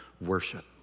worship